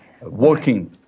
working